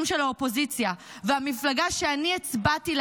של האופוזיציה והמפלגה שאני הצבעתי לה,